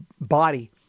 body